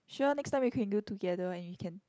sure next time we can go together and we can